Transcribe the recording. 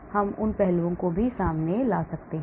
इसलिए हम उन पहलुओं को भी सामने ला सकते हैं